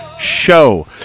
show